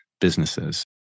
businesses